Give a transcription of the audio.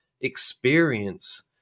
experience